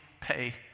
pay